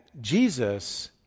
Jesus